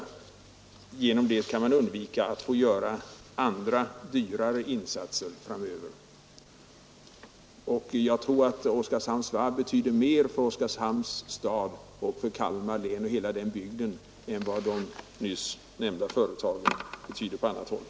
Därigenom kan man undvika att behöva göra andra, dyrare insatser för sysselsättningen längre fram. Jag tror för övrigt att Oskarshamns Varv betyder mer för Oskarshamns stad och Kalmar län än vad de nyss nämnda företagen betyder på sitt håll.